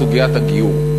סוגיית הגיור,